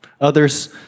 Others